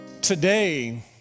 Today